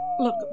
Look